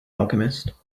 alchemist